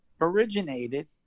originated